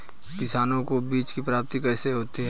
किसानों को बीज की प्राप्ति कैसे होती है?